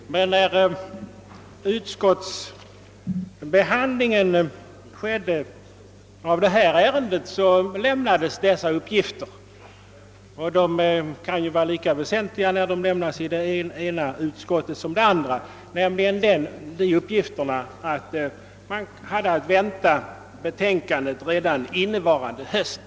Nät utskottsbehandlingen av detta ärende ägde rum lämnades uppgiften att man hade att vänta betänkandet redan innevarande höst. Dylika uppgifter kan väl vara lika väsentliga vare sig de lämnas vid det ena eller det andra tillfället.